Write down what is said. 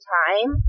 time